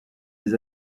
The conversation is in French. des